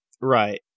Right